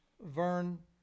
Vern